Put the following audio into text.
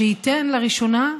שייתן לראשונה,